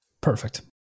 Perfect